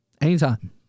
Anytime